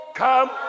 come